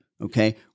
Okay